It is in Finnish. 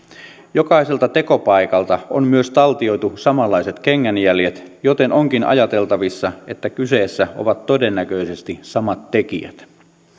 jokaiselta tekopaikalta on myös taltioitu samanlaiset kengänjäljet joten onkin ajateltavissa että kyseessä ovat todennäköisesti samat tekijät